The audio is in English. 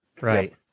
Right